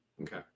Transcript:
Okay